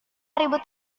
ribut